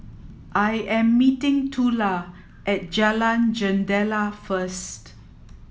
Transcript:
I am meeting Tula at Jalan Jendela first